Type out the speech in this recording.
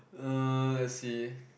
uh let's see